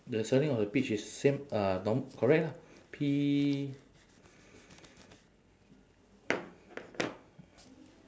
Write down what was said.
the spelling of the peach is same uh norm~ correct lah P